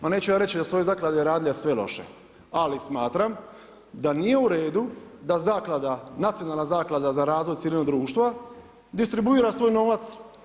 Ma neću ja reći da su ove zaklade radile sve loše, ali smatram da nije u redu da zaklada, Nacionalna zaklada za razvoj civilnog društva distribuira svoj novac.